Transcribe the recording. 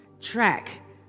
track